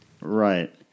Right